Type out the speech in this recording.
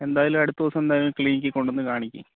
എന്തായാലും അടുത്ത ദിവസം എന്തായാലും ക്ലിനിക്കിൽ കൊണ്ടു വന്നു കാണിക്കുക